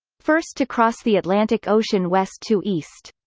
first to cross the atlantic ocean west to east.